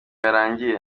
yarangiye